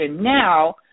now